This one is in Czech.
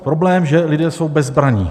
Problém je, že lidé jsou bezbranní.